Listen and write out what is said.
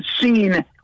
seen